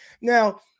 Now